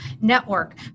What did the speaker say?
network